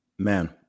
Man